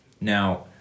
Now